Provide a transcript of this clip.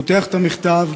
פותח את המכתב,